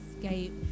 escape